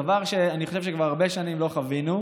דבר שאני חושב שכבר הרבה שנים לא חווינו,